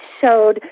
showed